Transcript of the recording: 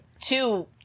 Two